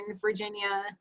Virginia